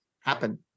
happen